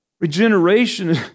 Regeneration